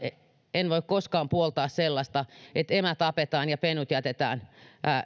en voi koskaan puoltaa sellaista että emä tapetaan ja pennut jätetään